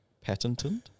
patented